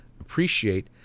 appreciate